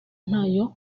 ntayo